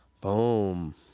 Boom